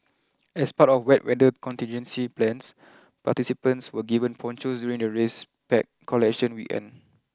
as part of wet weather contingency plans participants were given ponchos during the race pack collection weekend